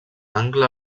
angle